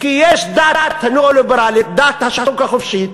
כי יש דת הניאו-ליברלים, דת השוק החופשי,